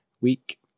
week